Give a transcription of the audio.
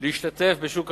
להשתתף בשוק העבודה.